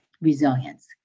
resilience